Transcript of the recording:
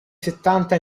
settanta